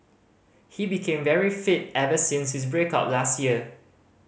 he became very fit ever since his break up last year